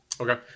Okay